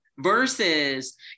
versus